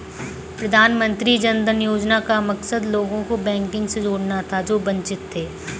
प्रधानमंत्री जन धन योजना का मकसद लोगों को बैंकिंग से जोड़ना था जो वंचित थे